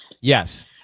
Yes